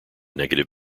negative